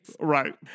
right